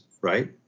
right